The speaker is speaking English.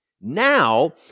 Now